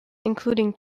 including